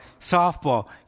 softball